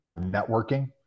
networking